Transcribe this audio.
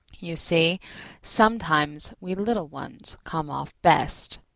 you see sometimes we little ones come off best.